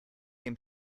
dem